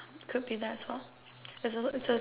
could be that's what